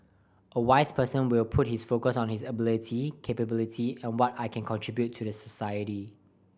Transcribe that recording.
a wise person will put his focus on his ability capability and what I can contribute to the society